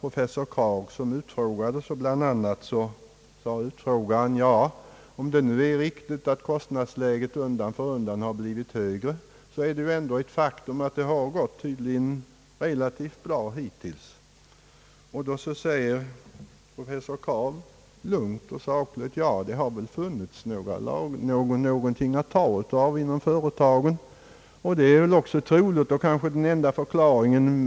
Professor Kragh utfrågades. Bland annat sade utfrågaren: Ja, om det nu är riktigt att kostnadsläget undan för undan har blivit högre, är det ändå ett faktum att det tydligen har gått relativt bra hittills. Då genmälde professor Kragh lugnt och sakligt att det väl har funnits någonting att ta av inom företaget. Det är väl också troligt och kanske den enda förklaringen.